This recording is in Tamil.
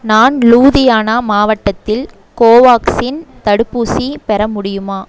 நான் லூதியானா மாவட்டத்தில் கோவாக்ஷின் தடுப்பூசி பெற முடியுமா